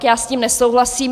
Já s tím nesouhlasím.